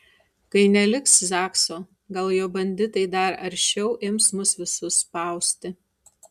kai neliks zakso gal jo banditai dar aršiau ims mus visus spausti